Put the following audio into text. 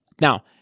Now